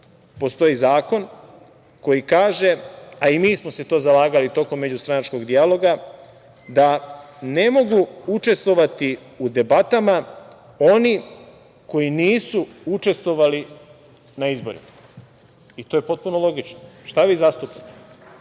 postoji zakon koji kaže, a i mi smo se to zalagali tokom međustranačkog dijaloga, da ne mogu učestvovati u debatama oni koji nisu učestvovali na izborima. To je potpuno logično. Šta vi zastupate?